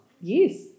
Yes